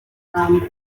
muramba